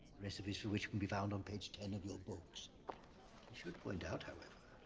recipes for which can be found on page ten of your books should point out, however,